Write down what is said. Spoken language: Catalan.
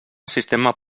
sistema